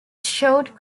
short